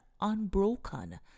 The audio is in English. unbroken